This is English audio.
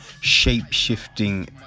shape-shifting